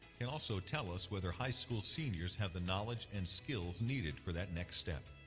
can also tell us whether high school seniors have the knowledge and skills needed for that next step.